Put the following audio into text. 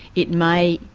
it may,